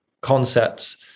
concepts